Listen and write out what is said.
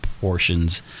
portions